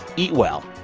eat well.